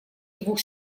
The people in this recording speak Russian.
двух